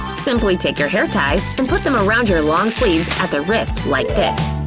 simply take your hair ties and put them around your long sleeves at the wrist like this.